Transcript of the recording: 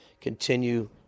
continue